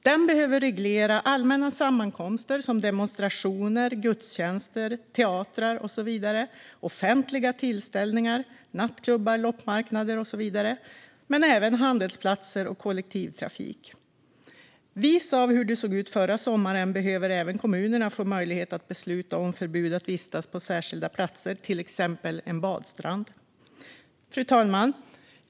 Den behöver reglera allmänna sammankomster som demonstrationer, gudstjänster och teatrar, offentliga tillställningar som nattklubbar och loppmarknader samt handelsplatser och kollektivtrafik. Med tanke på hur det såg ut förra sommaren behöver kommunerna även få möjlighet att besluta om förbud att vistas på särskilda platser, till exempel en badstrand. Fru talman!